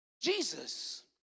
Jesus